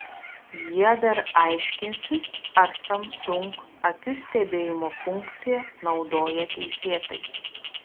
jie dar aiškinsis ar samsung akių stebėjimo funkciją naudoja teisėtai